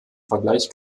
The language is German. vergleich